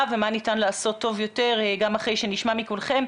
ומה ניתן לעשות טוב יותר גם אחרי שנשמע מכולכם.